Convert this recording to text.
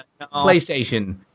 PlayStation